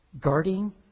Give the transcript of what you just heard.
guarding